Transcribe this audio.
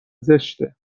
زشته